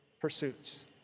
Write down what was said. pursuits